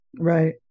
right